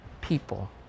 people